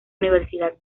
universidad